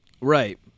Right